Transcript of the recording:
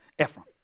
Ephraim